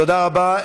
תודה רבה.